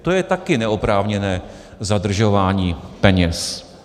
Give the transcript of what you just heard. To je také neoprávněné zadržování peněz.